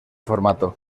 formato